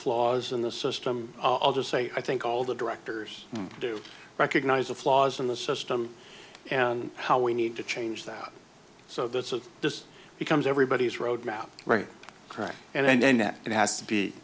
flaws in the system i'll just say i think all the directors do recognize the flaws in the system and how we need to change that so this is just becomes everybody's road map right track and then that it has to be